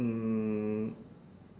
um